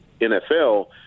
NFL